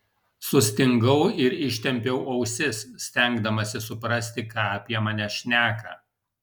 sustingau ir ištempiau ausis stengdamasis suprasti ką apie mane šneka